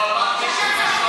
אבל מה הקשר למה שאתה אומר?